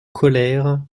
colère